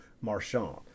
Marchand